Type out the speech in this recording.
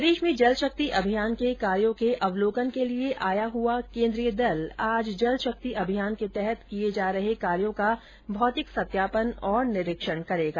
प्रदेश में जल शक्ति अभियान के कार्यो के अवलोकन के लिए आया हुआ केन्द्रीय दल आज जल शक्ति अभियान के तहत किए जा रहे कार्यो का भौतिक सत्यापन और निरीक्षण करेगा